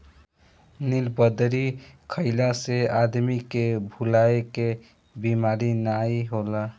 नीलबदरी खइला से आदमी के भुलाए के बेमारी नाइ होला